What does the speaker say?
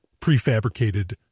prefabricated